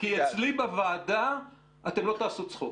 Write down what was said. כי אצלי בוועדה אתם לא תעשו צחוק.